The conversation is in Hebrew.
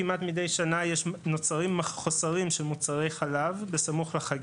כמעט מדי שנה נוצרים חוסרים של מוצרי חלב בסמוך לחגים.